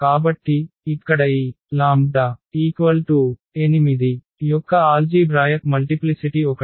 కాబట్టి ఇక్కడ ఈ λ 8 యొక్క ఆల్జీభ్రాయక్ మల్టిప్లిసిటి 1